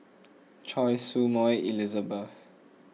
Choy Su Moi Elizabeth